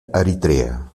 eritrea